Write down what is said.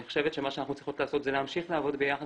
אני חושבת שמה שאנחנו צריכות לעשות זה להמשיך לעבוד ביחד